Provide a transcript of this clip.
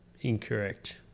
Incorrect